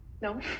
No